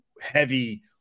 heavy